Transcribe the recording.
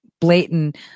blatant